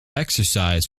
exercise